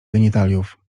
genitaliów